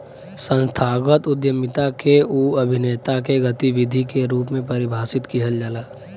संस्थागत उद्यमिता के उ अभिनेता के गतिविधि के रूप में परिभाषित किहल जाला